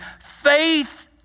faith